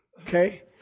Okay